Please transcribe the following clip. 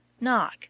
Knock